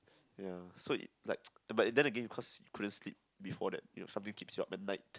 ya so it like but then again cause couldn't sleep before that something keeps you up at night